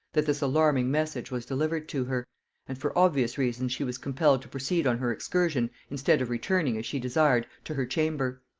that this alarming message was delivered to her and for obvious reasons she was compelled to proceed on her excursion, instead of returning, as she desired, to her chamber.